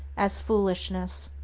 as foolishness.